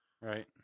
Right